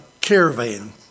Caravan